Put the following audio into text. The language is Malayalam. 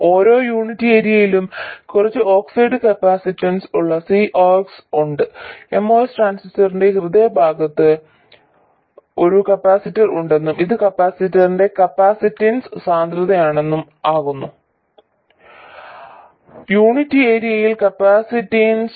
ഓരോ യൂണിറ്റ് ഏരിയയിലും കുറച്ച് ഓക്സൈഡ് കപ്പാസിറ്റൻസ് ഉള്ള C ox ഉണ്ട് MOS ട്രാൻസിസ്റ്ററിന്റെ ഹൃദയഭാഗത്ത് ഒരു കപ്പാസിറ്റർ ഉണ്ടെന്നും ഇത് കപ്പാസിറ്ററിന്റെ കപ്പാസിറ്റൻസ് സാന്ദ്രതയാണെന്നും ആകുന്നു യൂണിറ്റ് ഏരിയയിൽ കപ്പാസിറ്റൻസ്